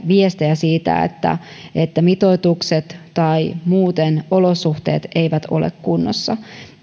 viestejä siitä että että mitoitukset tai muuten olosuhteet eivät ole kunnossa